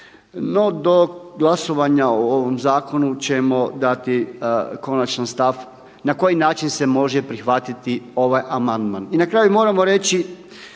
No do glasovanja o ovom zakonu ćemo dati konačan stav na koji način se može prihvatiti ovaj amandman. I na kraju moramo reći